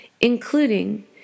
including